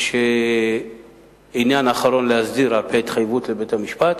יש עניין אחרון להסדיר על-פי ההתחייבות לבית-המשפט.